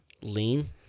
lean